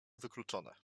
wykluczone